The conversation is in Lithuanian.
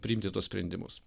priimti tuos sprendimus